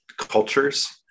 cultures